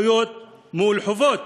"זכויות מול חובות",